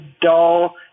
dull